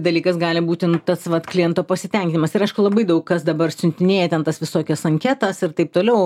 dalykas gali būti nu tas vat kliento pasitenkinimas ir aišku labai daug kas dabar siuntinėja ten tas visokias anketas ir taip toliau